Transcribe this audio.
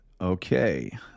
Okay